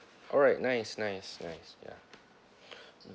alright nice nice nice ya